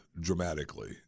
dramatically